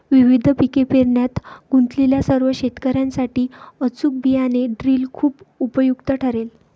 विविध पिके पेरण्यात गुंतलेल्या सर्व शेतकर्यांसाठी अचूक बियाणे ड्रिल खूप उपयुक्त ठरेल